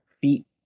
feet